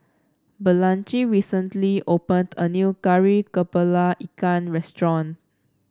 Blanchie recently opened a new Kari kepala Ikan restaurant